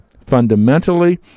fundamentally